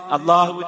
Allah